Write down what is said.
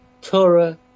Torah